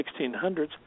1600s